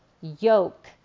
yoke